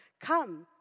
Come